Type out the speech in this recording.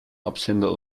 absender